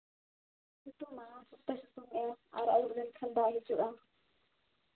ᱥᱮᱛᱳᱝᱟ ᱥᱚᱠᱛᱚᱭ ᱥᱮᱛᱳᱝ ᱮ ᱟᱨ ᱟᱹᱭᱩᱵ ᱞᱮᱱᱠᱷᱟᱱ ᱫᱟᱜ ᱦᱤᱡᱩᱜᱼᱟ